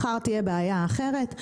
מחר תהיה בעיה אחרת.